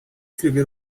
escrever